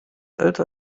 älter